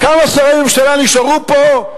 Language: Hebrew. כמה שרי ממשלה נשארו פה,